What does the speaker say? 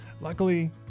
luckily